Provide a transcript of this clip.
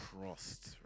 crossed